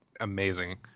amazing